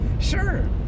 Sure